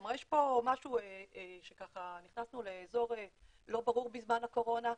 כלומר יש פה משהו שנכנסנו לאזור לא ברור בזמן הקורונה,